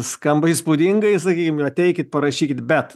skamba įspūdingai sakykim ateikit parašykit bet